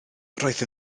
roedd